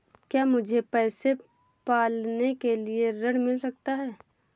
क्या मुझे भैंस पालने के लिए ऋण मिल सकता है?